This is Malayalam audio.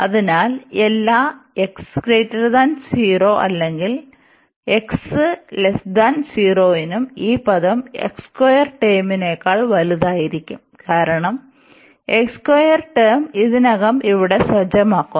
അതിനാൽ എല്ലാ x 0 അല്ലെങ്കിൽ x 0 നും ഈ പദം ടേമിനേക്കാൾ വലുതായിരിക്കും കാരണം ടേം ഇതിനകം ഇവിടെ സജ്ജമാക്കുന്നു